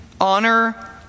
honor